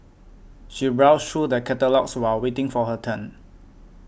she browsed through the catalogues while waiting for her turn